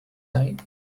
night